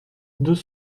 deux